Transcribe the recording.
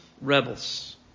rebels